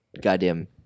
goddamn